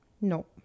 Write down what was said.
No